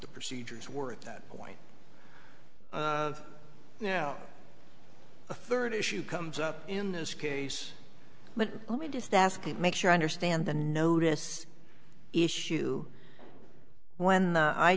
the procedures were at that point now a third issue comes up in this case but let me just ask to make sure i understand the notice issue when the i